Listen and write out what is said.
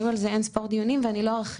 היו על זה אין ספור דיונים ואני לא ארחיב,